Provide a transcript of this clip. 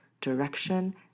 direction